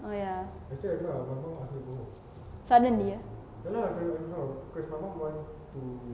oh ya suddenly ah